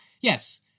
yes